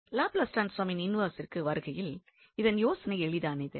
Laplace ட்ரான்ஸ்பார்மின் இன்வெர்ஸிற்கு வருகையில் இதன் யோசனை எளிதானதே